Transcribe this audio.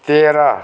तेह्र